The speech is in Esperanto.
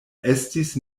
estis